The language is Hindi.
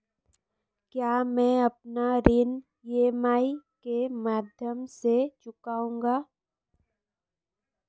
क्या मैं अपना ऋण ई.एम.आई के माध्यम से चुकाऊंगा?